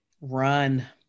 run